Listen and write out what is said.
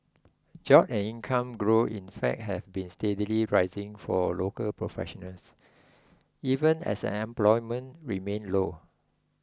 job and income growth in fact have been steadily rising for local professionals even as unemployment remained low